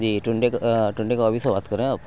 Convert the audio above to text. جی ٹنڈے ٹنڈے کبابی سے بات کر رہے ہیں آپ